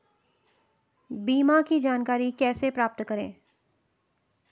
बीमा की जानकारी प्राप्त कैसे करें?